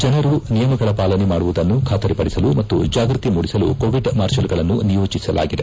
ಜನರು ನಿಯಮಗಳ ಪಾಲನೆ ಮಾಡುವುದನ್ನು ಖಾತರಿಪಡಿಸಲು ಮತ್ತು ಜಾಗೃತಿ ಮೂಡಿಸಲು ಕೋವಿಡ್ ಮಾರ್ಷಲ್ಗಳನ್ನು ನಿಯೋಜಿಸಿದೆ